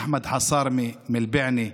ואחמד חסארמה מאל-בענה,